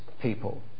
People